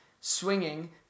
swinging